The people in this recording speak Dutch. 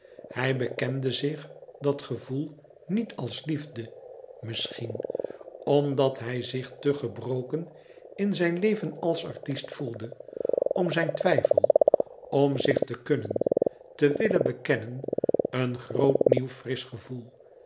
couperus metamorfoze zich dat gevoel niet als liefde misschien omdat hij zich te gebroken in zijn leven als artist voelde om zijn twijfel om zich te kunnen te willen bekennen een groot nieuw frisch gevoel